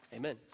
Amen